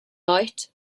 bite